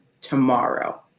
tomorrow